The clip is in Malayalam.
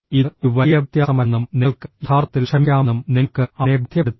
ഇത് ഒരു വലിയ വ്യത്യാസമല്ലെന്നും നിങ്ങൾക്ക് യഥാർത്ഥത്തിൽ ക്ഷമിക്കാമെന്നും നിങ്ങൾക്ക് അവനെ ബോധ്യപ്പെടുത്താം